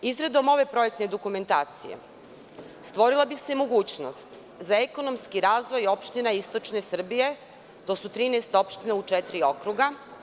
Izradom ove projektne dokumentacije stvorila bi se mogućnost za ekonomski razvoj opština istočne Srbije, to je 13 opština u četiri okruga.